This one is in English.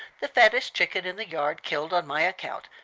the fattest chicken in the yard killed on my account,